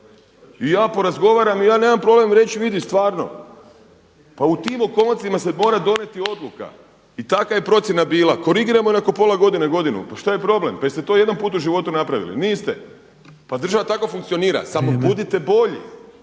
I ja porazgovaram i ja nemam problem reći vidi stvarno. Pa u tim okolnostima se mora donijeti odluka i taka je procjena bila. Korigirajmo nakon pola godine, godinu. Pa šta je problem? Pa jel' ste to jedan put u životu napravili? Niste. Pa država tako funkcionira. Samo budite bolji,